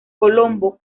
colombo